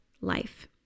life